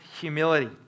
humility